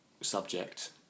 subject